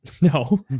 No